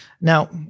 Now